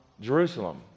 Jerusalem